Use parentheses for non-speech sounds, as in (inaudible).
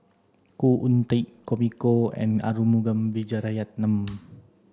Khoo Oon Teik Tommy Koh and Arumugam Vijiaratnam (noise)